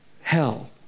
hell